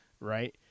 right